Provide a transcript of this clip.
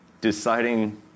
deciding